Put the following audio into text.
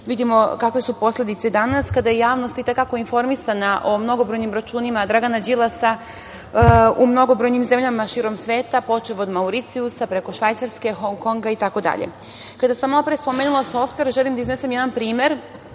vidimo kakve su posledice danas, kada je javnost i te kako informisana o mnogobrojnim računima Dragana Đilasa u mnogobrojnim zemljama širom sveta, počev od Mauricijusa, preko Švajcarske, Hong Konga itd. Kada sam malopre spomenula softver, želim da iznesem jedan primer,